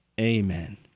Amen